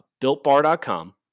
BuiltBar.com